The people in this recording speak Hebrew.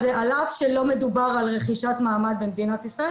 על אף שלא מדובר על רכישת מעמד במדינת ישראל